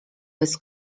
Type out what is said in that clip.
bez